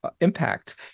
impact